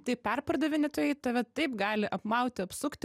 tai perpardavinėtojai tave taip gali apmauti apsukti